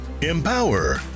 empower